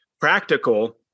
practical